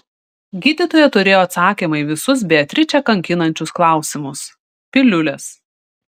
gydytoja turėjo atsakymą į visus beatričę kankinančius klausimus piliulės